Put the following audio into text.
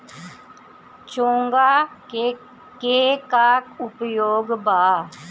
चोंगा के का उपयोग बा?